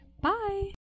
Bye